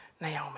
Naomi